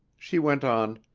she went on